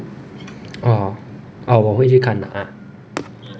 orh orh 我会去看的 ah